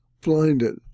blinded